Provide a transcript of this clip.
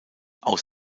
aus